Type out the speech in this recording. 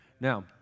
Now